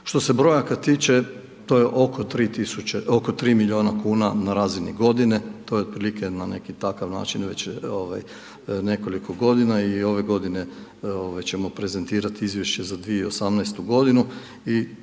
Što se brojaka tiče, to je oko 3 milijuna kuna na razini godine, to je otprilike na neki takav način već nekoliko godina i ove godine ćemo prezentirati izvješće za 2018. g. i